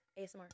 ASMR